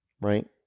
Right